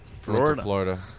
Florida